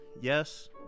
Yes